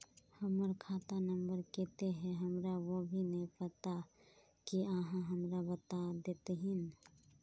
हमर खाता नम्बर केते है हमरा वो भी नहीं पता की आहाँ हमरा बता देतहिन?